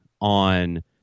on